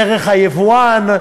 דרך היבואן,